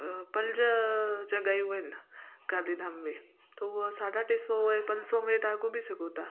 पंज जॻहियूं आहिनि गांधीधाम में थो हूअ साढा टे सौ ऐं पंज सौ में तव्हां घुमी सघो था